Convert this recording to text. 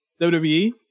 WWE